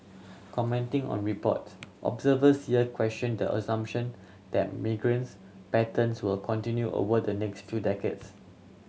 commenting on report observers here questioned the assumption that migrations patterns will continue over the next few decades